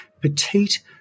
petite